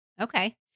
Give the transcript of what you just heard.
Okay